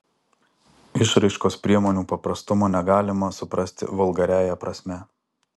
išraiškos priemonių paprastumo negalima suprasti vulgariąja prasme